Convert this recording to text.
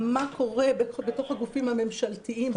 מה קורה בתוך הגופים הממשלתיים, בינם לבין עצמם.